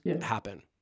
happen